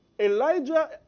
Elijah